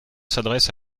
s’adresse